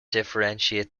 differentiate